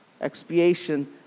Expiation